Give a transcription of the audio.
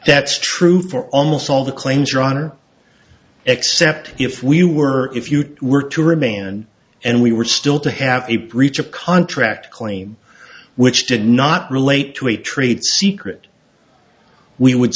that's true for almost all the claims your honor except if we were if you were to remain and and we were still to have a breach of contract claim which did not relate to a trade secret we would